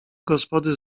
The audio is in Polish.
gospody